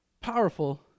powerful